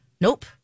nope